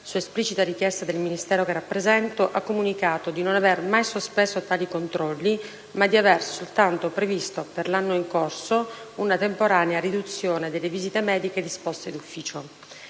su esplicita richiesta del Ministero che rappresento, ha comunicato di non aver mai sospeso tali controlli ma di avere solamente previsto, per l'anno in corso, una temporanea riduzione delle visite mediche disposte d'ufficio.